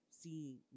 see